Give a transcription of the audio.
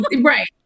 Right